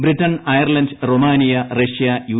Britain Ireland Romania Russia U